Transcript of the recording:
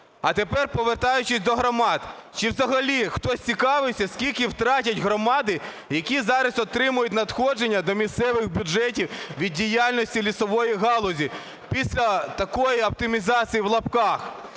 А тепер повертаючись до громад. Чи взагалі хтось цікавився, скільки втратять громади, які зараз отримують надходження до місцевих бюджетів від діяльності лісової галузі після такої "оптимізації" (в лапках)?